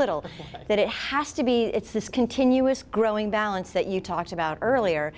little that it has to be it's this continuous growing balance that you talked about earlier